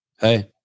Hey